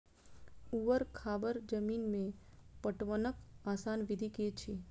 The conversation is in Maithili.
ऊवर खावर जमीन में पटवनक आसान विधि की अछि?